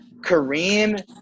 Kareem